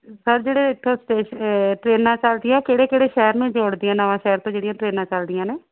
sir ਜਿਹੜੇ ਇੱਥੋਂ ਸਟੇ ਟ੍ਰੇਨਾਂ ਚੱਲਦੀਆਂ ਕਿਹੜੇ ਕਿਹੜੇ ਸ਼ਹਿਰ ਨੂੰ ਜੋੜਦੀਆਂ ਨਵਾਂਸ਼ਹਿਰ ਤੋਂ ਜਿਹੜੀਆਂ ਟ੍ਰੇਨਾਂ ਚੱਲਦੀਆਂ ਨੇ